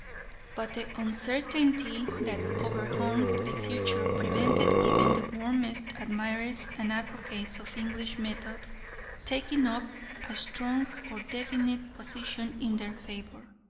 but the uncertainty that overhung the future prevented even the warmest admirers and advocates of english methods taking up a strong or definite position in their favour.